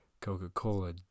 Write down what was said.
coca-cola